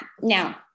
Now